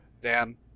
Dan